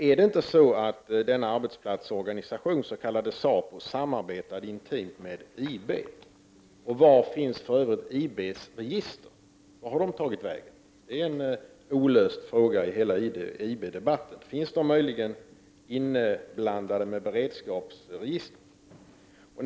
Är det inte så att denna arbetsplatsorganisation, s.k. Sapo, samarbetade intimt med IB? Var finns för övrigt IB:s register? Vart har de tagit vägen? Det här är en olöst fråga i hela IB-debatten. Finns de möjligen bland beredskapsregistren?